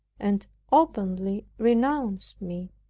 and openly renounced me,